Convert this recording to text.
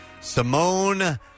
Simone